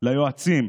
ליועצים,